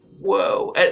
whoa